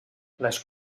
les